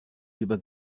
über